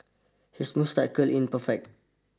his moustache curl in perfect